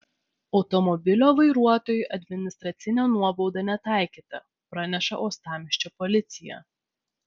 automobilio vairuotojui administracinė nuobauda netaikyta praneša uostamiesčio policija